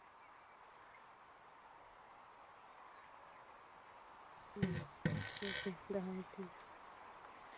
ᱦᱩᱸ ᱴᱷᱤᱠ ᱟᱪᱷᱮ ᱫᱚᱦᱚᱭ ᱫᱟᱹᱧ ᱛᱟᱦᱞᱮ